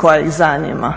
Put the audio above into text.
koja ih zanima,